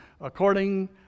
according